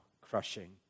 crushing